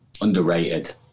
Underrated